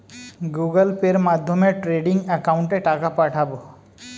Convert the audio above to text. Google পের মাধ্যমে trading একাউন্টে টাকা পাঠাবো?